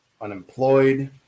unemployed